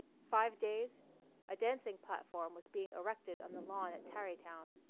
five days a dancing platform was being erected on the lawn at tarrytown.